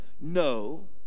No